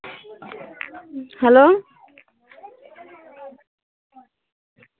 hello